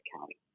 county